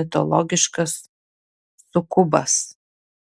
mitologiškas sukubas